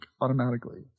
automatically